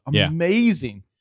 Amazing